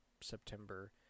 September